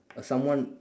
uh someone